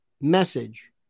message